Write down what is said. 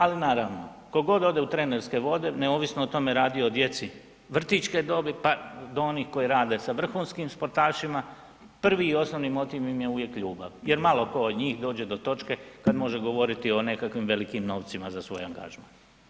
Ali naravno tko god ode u trenerske vode, neovisno o tome radio djeci vrtićke dobi, pa do onih koji rade sa vrhunskim sportašima prvi i osnovni motiv im je uvijek ljubav jer malo tko od njih dođe do točke kada može govoriti o nekakvim velikim novcima za svoj angažman.